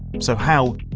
so how,